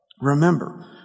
Remember